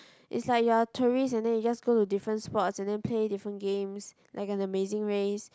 is like you're tourist and then you just go to different spots and then play different games like an amazing race